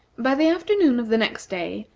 by the afternoon of the next day,